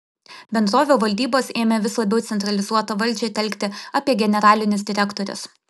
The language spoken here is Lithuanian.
bendrovių valdybos ėmė vis labiau centralizuotą valdžią telkti apie generalinius direktorius